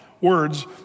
words